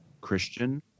Christian